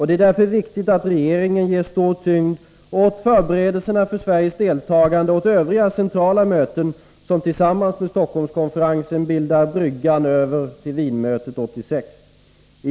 Det är därför viktigt att regeringen ger stor tyngd åt förberedelserna för Sveriges deltagande i övriga centrala möten som tillsammans med Stockholmskonferensen bildar bryggan över till Wienmötet 1986.